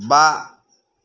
बा